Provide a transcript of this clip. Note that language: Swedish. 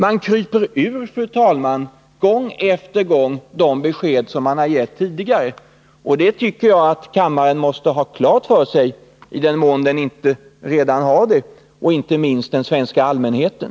Man kryper, fru talman, gång på gång ur de besked som man har gett tidigare. Detta tycker jag att kammaren måste ha klart för sig — i den mån den inte redan har det — och inte minst den svenska allmänheten.